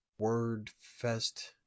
WordFest